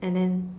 and then